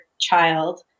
child